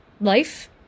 life